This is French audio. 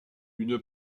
une